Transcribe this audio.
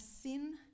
sin